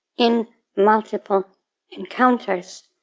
in multiple encounters,